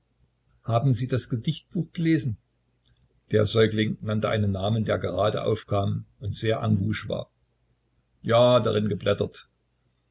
haben sie das gedichtbuch gelesen der säugling nannte einen namen der gerade aufkam und sehr en vogue war ja darin geblättert